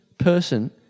person